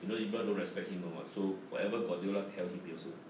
you know ibrah don't respect him [one] [what] so whatever guardiola tell him he also